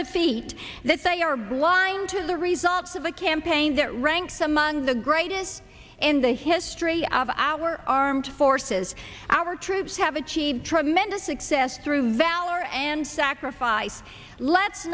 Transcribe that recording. defeat that they are blind to the results of a campaign that ranks among the greatest in the history of our armed forces our troops have achieved tremendous success through valor and sacrifice let's